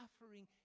suffering